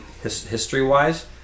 history-wise